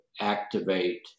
activate